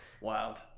Wild